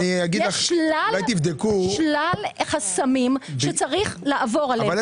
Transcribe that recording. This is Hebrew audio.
יש שלל חסמים שצריך לעבור עליהם, ולהוריד אותם.